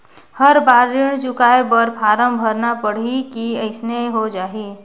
हर बार ऋण चुकाय बर फारम भरना पड़ही की अइसने हो जहीं?